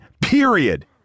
period